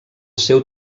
seu